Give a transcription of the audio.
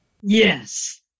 Yes